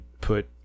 Put